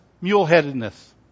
mule-headedness